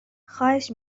خواهش